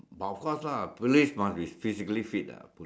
but of course lah police must be physically fit ah po~